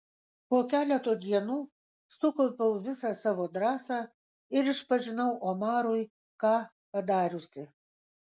po keleto dienų sukaupiau visą savo drąsą ir išpažinau omarui ką padariusi